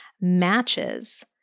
matches